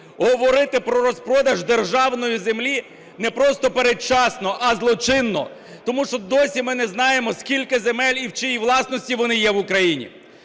говорити про розпродаж державної землі не просто передчасно, а злочинно, тому що досі ми не знаємо, скільки земель і в чиїй власності вони є в Україні.